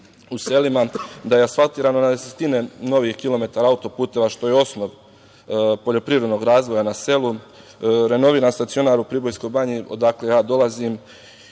u selima, da je asfaltirano na desetine novih kilometara auto-puteva, što je osnov poljoprivrednog razvoja na selu, renoviran stacionar u Pribojskoj banji, odakle ja dolazim. Sve